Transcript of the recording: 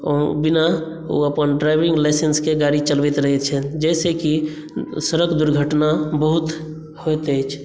ओ बिना ओ अपन ड्राइविंग लाइसेंस के गाड़ी चलबैत रहै छथि जाहिसॅं कि सड़क दुर्घटना बहुत होयत अछि